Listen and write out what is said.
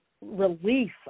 relief